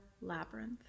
Labyrinth